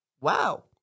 Wow